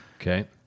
okay